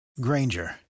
Granger